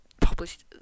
published